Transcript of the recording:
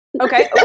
Okay